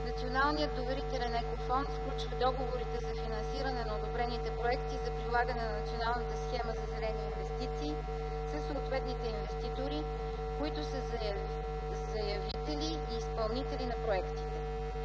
Националният доверителен екофонд сключва договорите за финансиране на одобрените проекти за прилагане на НСЗИ със съответните инвеститори, които са заявители и изпълнители на проектите.